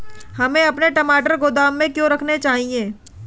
हमें अपने टमाटर गोदाम में क्यों रखने चाहिए?